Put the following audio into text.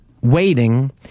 waiting